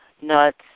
nuts